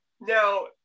Now